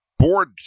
Board